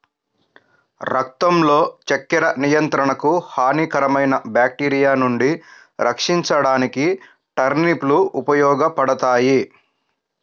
రక్తంలో చక్కెర నియంత్రణకు, హానికరమైన బ్యాక్టీరియా నుండి రక్షించడానికి టర్నిప్ లు ఉపయోగపడతాయి